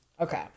Okay